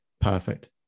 Perfect